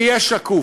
שזה יהיה שקוף.